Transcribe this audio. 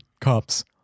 cops